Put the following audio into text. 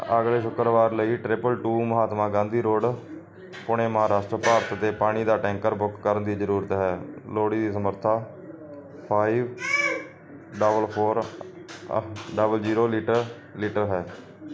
ਅਗਲੇ ਸ਼ੁੱਕਰਵਾਰ ਲਈ triple two Mahatma Gandhi road Pune Maharashtra Bharat ਤੇ ਪਾਣੀ ਦਾ ਟੈਂਕਰ ਬੁੱਕ ਕਰਨ ਦੀ ਜ਼ਰੂਰਤ ਹੈ ਲੋੜੀਂਦੀ ਸਮਰੱਥਾ five double four double zero litre litre ਹੈ